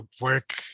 work